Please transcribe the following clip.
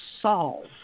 solve